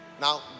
Now